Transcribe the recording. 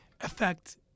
affect